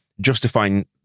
justifying